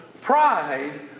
Pride